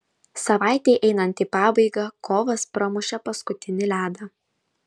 savaitei einant į pabaigą kovas pramušė paskutinį ledą